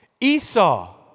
Esau